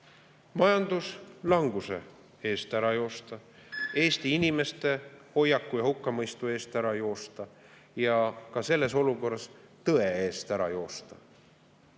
majanduslanguse eest ära joosta, Eesti inimeste hukkamõistu eest ära joosta ja selles olukorras ka tõe eest ära joosta.